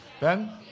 Ben